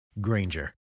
Granger